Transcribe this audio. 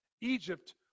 Egypt